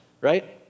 right